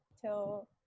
till